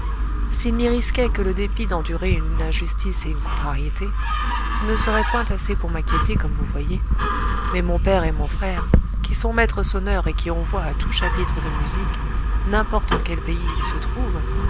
s'il n'y risquait que le dépit d'endurer une injustice et une contrariété ce ne serait point assez pour m'inquiéter comme vous voyez mais mon père et mon frère qui sont maîtres sonneurs et qui ont voix à tout chapitre de musique n'importe en quel pays ils se trouvent